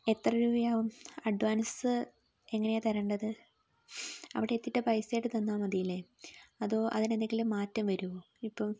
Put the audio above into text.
എത്ര രൂപയാവും അഡ്വാൻസ് എങ്ങനെയാണ് തരേണ്ടത് അവിടെ എത്തിയിട്ട് പൈസയായിട്ട് തന്നാൽ മതിയല്ലേ അതോ അതിനെന്തെങ്കിലും മാറ്റം വരുമോ ഇപ്പം